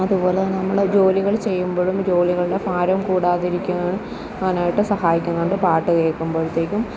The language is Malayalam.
അതുപോലെ തന്നെ നമ്മൾ ജോലികൾ ചെയ്യുമ്പോഴും ജോലികളുടെ ഭാരം കൂടാതിരിക്കു വാനായിട്ട് സഹായിക്കുന്നുണ്ട് പാട്ട് കേൾക്കുമ്പോഴത്തേക്കും